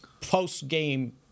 post-game